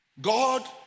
God